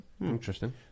Interesting